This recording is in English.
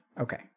Okay